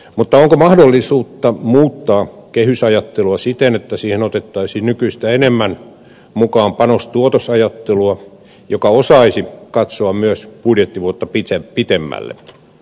mutta onko mahdollisuutta muuttaa kehysajattelua siten että siihen otettaisiin nykyistä enemmän mukaan panostuotos ajattelua joka osaisi katsoa myös budjettivuotta pitemmälle